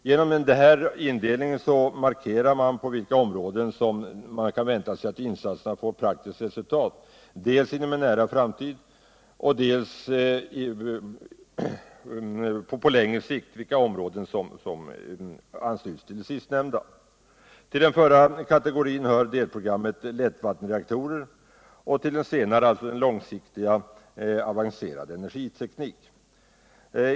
Genom denna indelning markerar man på vilka områden man kan vänta sig att insatserna får praktiskt resultat, dels inom en nära framtid, dels på tängre sikt, och vilka områden som ansluts till det sistnämnda. Till den förra kategorin hör delprogrammet Lättvattenreaktorer och till den senare Avancerad energiteknik.